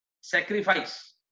sacrifice